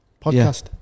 podcast